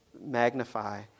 magnify